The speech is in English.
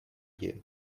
you